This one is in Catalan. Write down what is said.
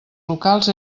locals